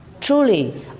Truly